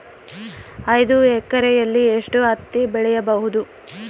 ಐದು ಎಕರೆಯಲ್ಲಿ ಎಷ್ಟು ಹತ್ತಿ ಬೆಳೆಯಬಹುದು?